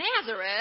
Nazareth